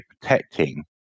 protecting